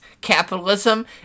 capitalism